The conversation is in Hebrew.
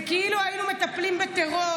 זה כאילו היינו מטפלים בטרור.